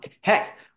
Heck